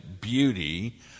beauty